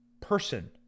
person